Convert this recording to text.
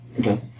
Okay